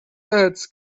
bets